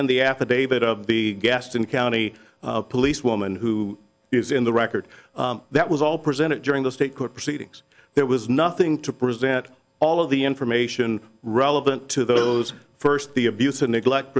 and the affidavit of the gaston county police woman who is in the record that was all presented during the state court proceedings there was nothing to present all of the information relevant to those first the abuse or neglect